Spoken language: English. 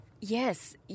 Yes